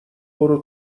برو